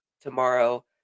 tomorrow